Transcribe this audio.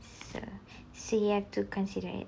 so so you have to consider it